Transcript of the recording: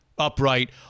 upright